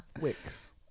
wicks